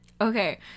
Okay